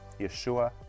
Yeshua